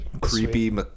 creepy